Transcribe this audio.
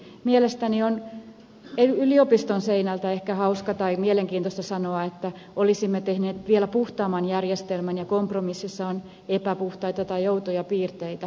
mielestäni on yliopiston seinältä ehkä hauskaa tai mielenkiintoista sanoa että olisimme tehneet vielä puhtaamman järjestelmän ja kompromississa on epäpuhtaita tai outoja piirteitä